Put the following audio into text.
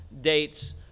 dates